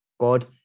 God